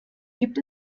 gibt